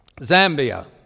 Zambia